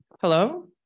Hello